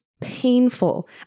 painful